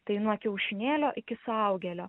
tai nuo kiaušinėlio iki suaugėlio